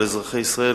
על אזרחי ישראל,